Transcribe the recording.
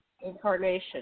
incarnation